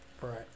Right